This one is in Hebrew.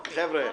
חבר'ה,